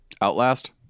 Outlast